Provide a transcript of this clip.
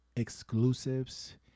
exclusives